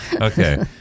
Okay